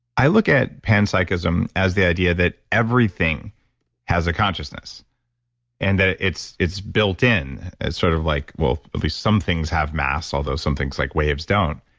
i look at panpsychism as the idea that everything has a consciousness and that it's it's built in as sort of like, well, at least some things have mass, although some things like waves don't,